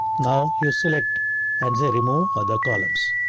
now you select and they remove other columns.